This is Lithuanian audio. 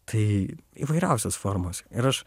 tai įvairiausios formos ir aš